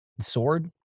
sword